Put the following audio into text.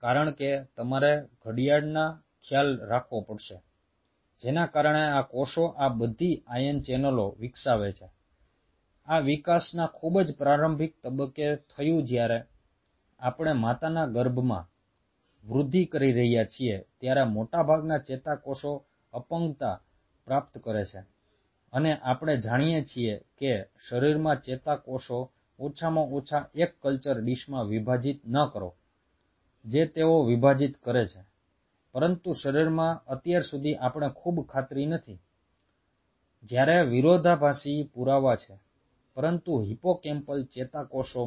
કારણ કે તમારે ઘડિયાળનો ખ્યાલ રાખવો પડશે જેના કારણે આ કોષો આ બધી આયન ચેનલો વિકસાવે છે આ વિકાસના ખૂબ જ પ્રારંભિક તબક્કે થયું જ્યારે આપણે માતાના ગર્ભમાં વૃદ્ધિ કરી રહ્યા છીએ ત્યારે મોટાભાગના ચેતાકોષો અપંગતા પ્રાપ્ત કરે છે અને આપણે જાણીએ છીએ કે શરીરમાં ચેતાકોષો ઓછામાં ઓછા એક કલ્ચર ડીશમાં વિભાજીત ન કરો જે તેઓ વિભાજીત કરે છે પરંતુ શરીરમાં અત્યાર સુધી આપણે ખૂબ ખાતરી નથી જ્યારે વિરોધાભાસી પુરાવા છે પરંતુ હિપ્પોકેમ્પલ ચેતાકોષો